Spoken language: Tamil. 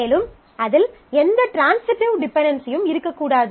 மேலும் அதில் எந்த ட்ரான்சிட்டிவ் டிபென்டென்சியும் இருக்கக்கூடாது